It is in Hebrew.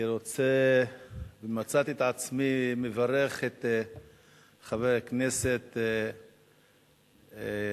מצאתי את עצמי מברך את חבר הכנסת הכהן